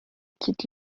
quitte